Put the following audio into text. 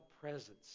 presence